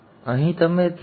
હવે અહીં તમે તે જુઓ